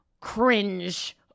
cringe